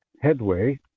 headway